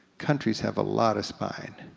countries have a lot of spine,